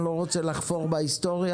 אני לא רוצה לחפור בהיסטוריה.